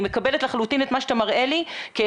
אני מקבלת לחלוטין את מה שאתה מראה לי כחיוני,